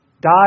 die